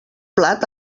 plat